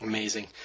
Amazing